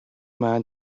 man